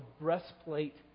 breastplate